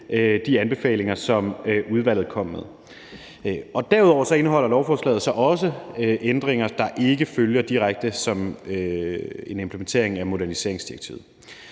de anbefalinger, som udvalget kom med. Derudover indeholder lovforslaget også ændringer, der ikke følger direkte som en implementering af moderniseringsdirektivet.